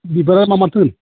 बिबारा मा मा दं